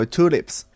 Tulips